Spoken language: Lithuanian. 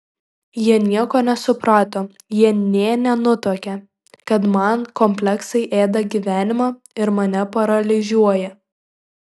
jie nieko nesuprato jie nė nenutuokia kad man kompleksai ėda gyvenimą ir mane paralyžiuoja